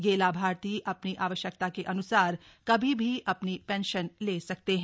ये लाभार्थी अपनी आवश्यकता के अन्सार कभी भी अपनी पेंशन ले सकते हैं